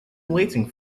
waiting